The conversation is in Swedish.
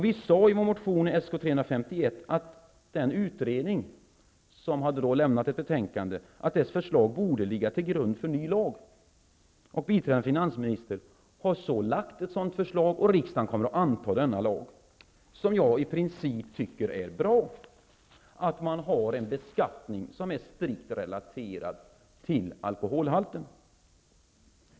Vi sade i vår motion Sk351 att det förslag som har presenterats i betänkandet från den utredning som har studerat detta område borde ligga till grund för en ny lag. Biträdande finansministern har nu lagt fram ett sådant förslag, och riksdagen kommer att anta denna lag. Jag tycker i princip att denna lag är bra, dvs. att man har en beskattning som är strikt relaterad till alkoholhalten.